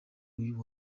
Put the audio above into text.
uyu